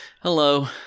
Hello